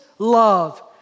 love